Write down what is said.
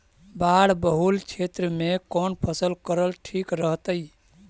बाढ़ बहुल क्षेत्र में कौन फसल करल ठीक रहतइ?